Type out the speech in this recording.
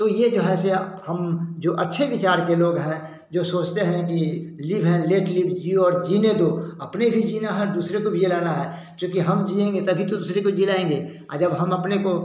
तो ये जो है से हम जो अच्छे विचार के लोग हैं जो सोचते हैं कि लिव हैं लेट लिव जिओ और जीने दो अपने भी जीना है और दूसरे को भी जिआना है चूँकि हम जिएँगे तभी तो दूसरे को जिलाएँगे जब हम अपने को